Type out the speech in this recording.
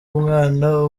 umwana